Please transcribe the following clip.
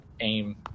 aim